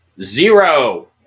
zero